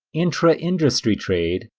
intra-industry trade,